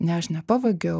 ne aš nepavogiau